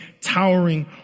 towering